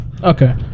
Okay